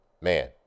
Man